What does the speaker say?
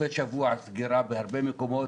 בסופי שבוע, סגירה בהרבה מקומות.